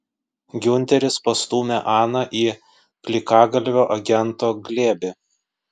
giunteris pastūmė aną į plikagalvio agento glėbį